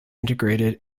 integrated